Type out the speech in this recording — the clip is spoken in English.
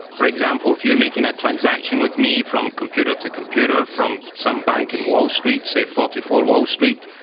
for example, if you're making a transaction with me from computer to computer from some bank in wall street, say forty four wall street,